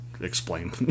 explain